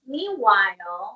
Meanwhile